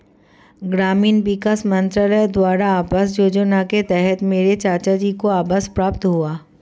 ग्रामीण विकास मंत्रालय द्वारा आवास योजना के तहत मेरे चाचाजी को आवास प्राप्त हुआ